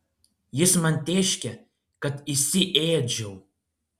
jis man tėškė kad įsiėdžiau